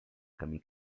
camí